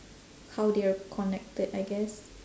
how they're connected I guess